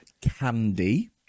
Candy